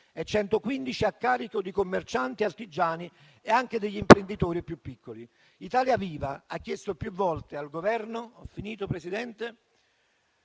e 115 a carico di commercianti, artigiani e anche degli imprenditori più piccoli. Italia Viva ha chiesto più volte al Governo,